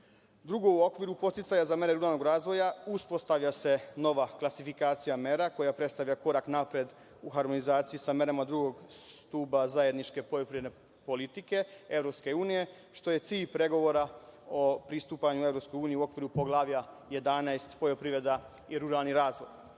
u okviru podsticaja za mere ruralnog razvoja uspostavlja se nova klasifikacija mera koja predstavlja korak napred u harmonizaciji sa merama drugog stuba zajedničke poljoprivredne politike EU, što je cilj pregovora o pristupanju EU u okviru poglavlja 11 - poljoprivreda i ruralni razvoj. Prema